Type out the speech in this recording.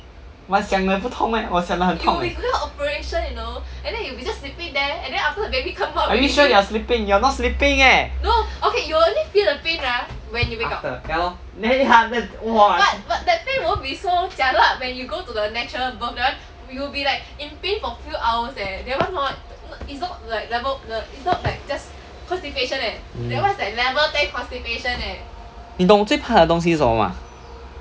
but 想的不痛 meh 我想的很痛 eh are you sure you are sleeping you are not sleeping eh after ya lor then ya that's !wah! 你懂我最怕的东西是什么吗